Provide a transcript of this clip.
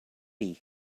tea